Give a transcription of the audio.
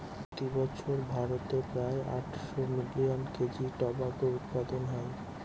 প্রতি বছর ভারতে প্রায় আটশো মিলিয়ন কেজি টোবাকো উৎপাদন হয়